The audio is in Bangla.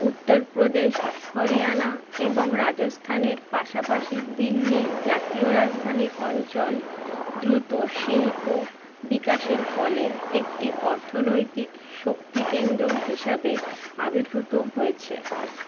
উত্তর প্রদেশ হরিয়ানা এবং রাজস্থানের পাশাপাশি দিল্লি জাতীয় রাজধানী অঞ্চল দ্রুত শিল্প বিকাশের ফলে একটি অর্থনৈতিক শক্তি কেন্দ্র হিসাবে আবির্ভূত হয়েছে